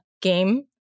game